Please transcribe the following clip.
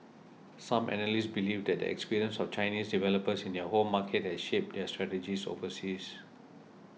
some analysts believe that the experience of Chinese developers in their home market has shaped their strategies overseas